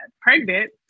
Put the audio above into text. pregnant